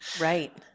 Right